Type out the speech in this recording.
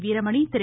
Veeramani Thiru